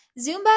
Zumba